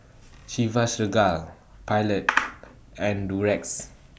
Chivas Regal Pilot and Durex